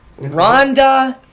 Rhonda